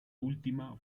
última